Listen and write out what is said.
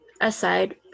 aside